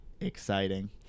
exciting